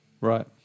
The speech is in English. Right